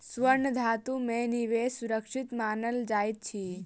स्वर्ण धातु में निवेश सुरक्षित मानल जाइत अछि